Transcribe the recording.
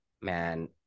man